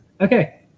Okay